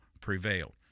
prevail